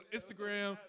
Instagram